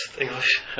English